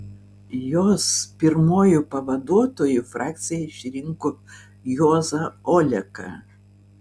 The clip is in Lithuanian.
jos pirmuoju pavaduotoju frakcija išrinko juozą oleką